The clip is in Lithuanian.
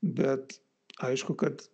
bet aišku kad